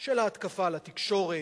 של ההתקפה על התקשורת,